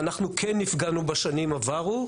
ואנחנו כן נפגענו בשנים עברו,